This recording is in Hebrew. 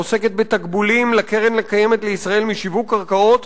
העוסקת בתקבולים לקרן-הקיימת לישראל משיווק קרקעות